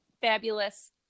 fabulous